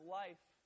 life